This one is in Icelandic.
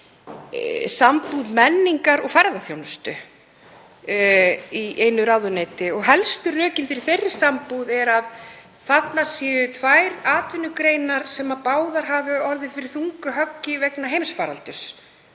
sambúð menningar og ferðaþjónustu í einu ráðuneyti. Helstu rökin fyrir þeirri sambúð er að þarna séu tvær atvinnugreinar sem báðar hafi orðið fyrir þungu höggi vegna heimsfaraldurs.